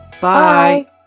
bye